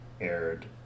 aired